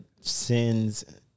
sins